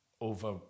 over